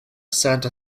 santa